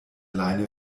leine